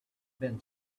been